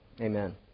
Amen